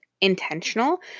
intentional